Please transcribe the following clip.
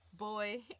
boy